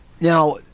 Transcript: Now